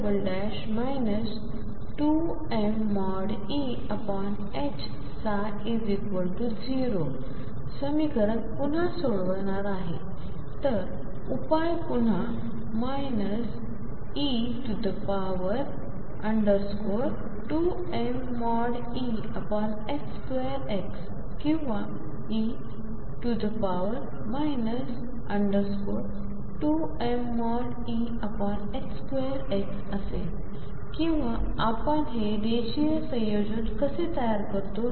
समीकरण पुन्हा सोडवत आहे तर उपाय पुन्हा e2mE2xकिंवा e 2mE2xअसेल किंवा आपण हे रेषीय संयोजन कसे तयार करता